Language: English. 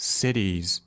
cities 。